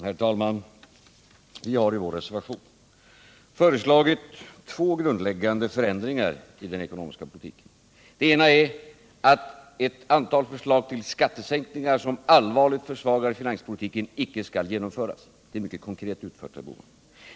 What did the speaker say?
Herr talman! Vi har i vår reservation föreslagit två grundläggande förändringar i den ekonomiska politiken. Den ena är att ett antal förslag till skattesänkningar som allvarligt försvarar finanspolitiken icke skall genomföras. Det är mycket konkret, herr Bohman.